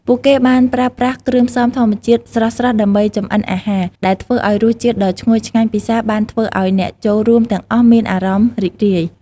ពួកគេបានប្រើប្រាស់គ្រឿងផ្សំធម្មជាតិស្រស់ៗដើម្បីចម្អិនអាហារ ដែលធ្វើឲ្យរសជាតិដ៏ឈ្ងុយឆ្ងាញ់ពិសារបានធ្វើឲ្យអ្នកចូលរួមទាំងអស់មានអារម្មណ៍រីករាយ។